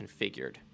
configured